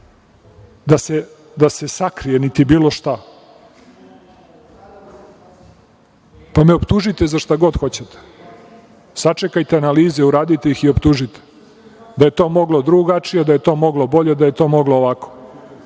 da se sakrije, niti bilo šta, pa me optužite za šta god hoćete. Sačekajte analize, uradite ih i optužite da je to moglo drugačije, da je to moglo bolje, da je to moglo ovako.